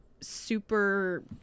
super